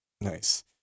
nice